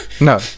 No